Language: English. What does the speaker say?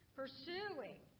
pursuing